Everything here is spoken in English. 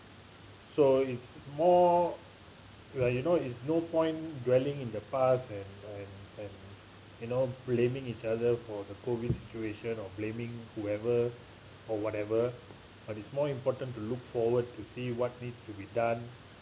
so it's more like you know it's no point dwelling in the past and and and you know blaming each other for the COVID situation or blaming whoever or whatever but it's more important to look forward to see what needs to be done